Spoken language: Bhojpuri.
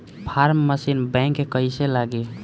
फार्म मशीन बैक कईसे लागी?